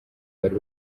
bari